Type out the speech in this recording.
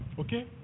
Okay